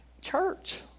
church